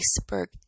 iceberg